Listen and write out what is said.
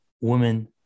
women